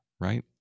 right